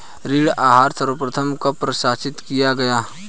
ऋण आहार सर्वप्रथम कब प्रसारित किया गया?